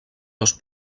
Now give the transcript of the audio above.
dos